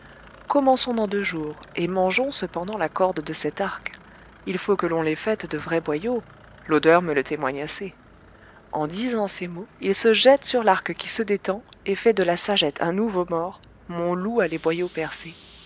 commençons dans deux jours et mangeons cependant la corde de cet arc il faut que l'on l'ait faite de vrai boyau l'odeur me le témoigne assez en disant ces mots il se jette sur l'arc qui se détend et fait de la sagette un nouveau mort mon loup a les boyaux percés